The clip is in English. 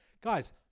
Guys